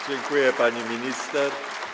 Dziękuję, pani minister.